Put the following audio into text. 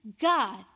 God